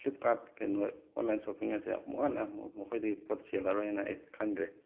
Flipkart ꯀꯩꯅꯣ online shopping ꯑꯦꯞꯁꯦ ꯑꯃꯨꯛꯍꯟꯅ ꯃꯈꯣꯏꯗꯒꯤ ꯄꯣꯠ ꯆꯦꯜꯂꯔꯣꯏ ꯍꯥꯏꯅ ꯑꯩ ꯈꯟꯈ꯭ꯔꯦ